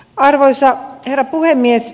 arvoisa herra puhemies